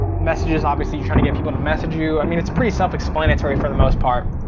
messages obviously you're trying to get people to message you. i mean it's pretty self explanatory for the most part.